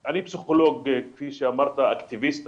אני פסיכולוג אקטיביסט,